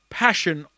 passion